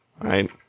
right